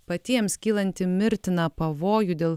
patiems kylantį mirtiną pavojų dėl